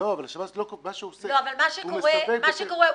מה שקורה,